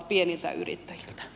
arvoisa puhemies